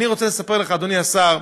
אני רוצה לספר לך, אדוני השר: